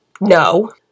no